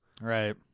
Right